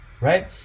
right